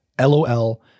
LOL